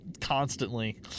constantly